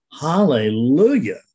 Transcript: Hallelujah